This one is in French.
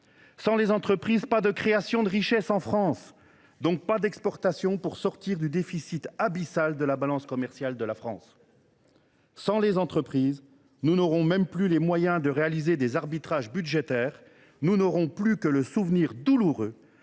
Sans les entreprises, pas de création de richesses en France, donc pas d’exportations pour combler le déficit abyssal de notre balance commerciale. Sans les entreprises, nous n’aurons même plus les moyens de réaliser des arbitrages budgétaires ; nous n’aurons plus que le souvenir douloureux